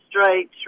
straight